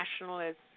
nationalist